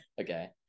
Okay